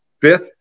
Fifth